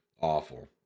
Awful